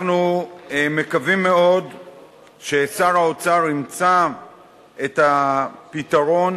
אנחנו מקווים מאוד ששר האוצר ימצא את הפתרון